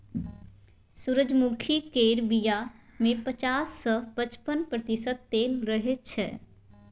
सूरजमुखी केर बीया मे पचास सँ पचपन प्रतिशत तेल रहय छै